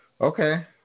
Okay